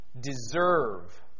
deserve